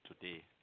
today